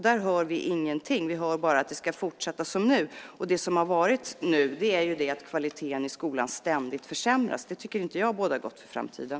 Där hör vi ingenting. Vi hör bara att det ska fortsätta som nu. Det som har varit nu är att kvaliteten i skolan ständigt försämras. Det tycker inte jag bådar gott för framtiden.